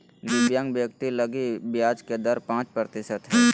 दिव्यांग व्यक्ति लगी ब्याज के दर पांच प्रतिशत हइ